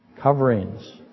Coverings